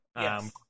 Yes